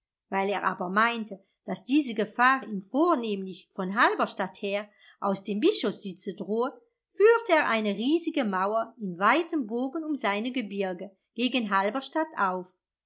weil er aber meinte daß diese gefahr ihm vornehmlich von halberstadt her aus dem bischofssitze drohe führte er eine riesige mauer in weitem bogen um seine gebirge gegen halberstadt auf